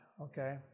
okay